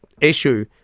issue